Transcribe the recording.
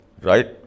right